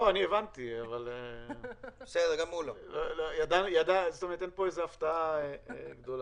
הבנתי, אבל אין פה איזה הפתעה גדולה.